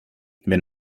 wenn